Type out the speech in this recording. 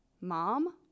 mom